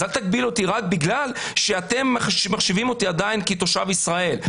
אז אל תגביל אותי רק בגלל שאתם מחשיבים אותי עדיין כתושב ישראל,